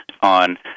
on